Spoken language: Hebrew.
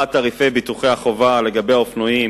העלאת תעריפי ביטוחי החובה לאופנועים,